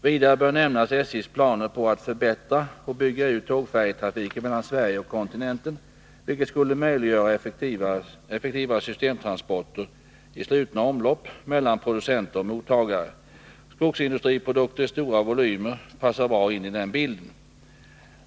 Vidare bör nämnas SJ:s planer på att förbättra och bygga ut tågfärjetrafiken mellan Sverige och kontinenten, vilket skulle möjliggöra effektiva systemtransporter i slutna omlopp mellan producenter och mottagare. Skogsindustriprodukter i stora volymer passar bra in i den bilden.